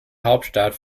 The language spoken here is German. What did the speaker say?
hauptstadt